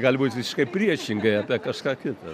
gali būt visiškai priešingai apie kažką kitą